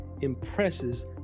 impresses